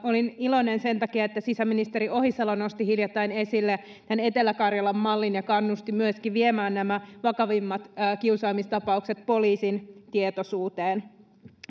olin iloinen sen takia että sisäministeri ohisalo nosti hiljattain esille tämän etelä karjalan mallin ja kannusti myöskin viemään nämä vakavimmat kiusaamistapaukset poliisin tietoisuuteen